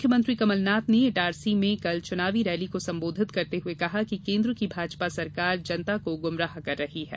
मुख्यमंत्री कमलनाथ ने इटारसी में कल चुनावी रैली को संबोधित करते हुए कहा कि केन्द्र की भाजपा सरकार जनता को गुमराह कर रही है